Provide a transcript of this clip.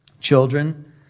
Children